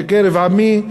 בקרב עמי,